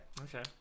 Okay